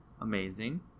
Amazing